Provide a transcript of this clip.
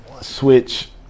Switch